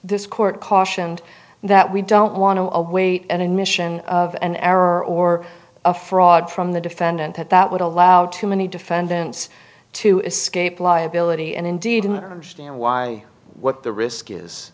this court cautioned that we don't want to await an admission of an error or a fraud from the defendant that that would allow too many defendants to escape liability and indeed in understand why what the risk is